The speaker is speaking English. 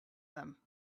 them